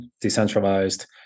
decentralized